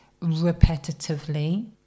repetitively